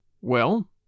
Well